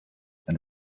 and